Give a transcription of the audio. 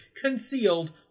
concealed